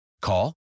Call